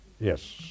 yes